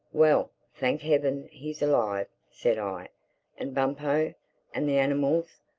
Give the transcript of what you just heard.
well, thank heaven he's alive! said i and bumpo and the animals,